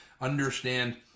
understand